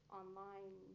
online